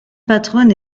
patronne